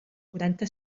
quaranta